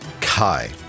Kai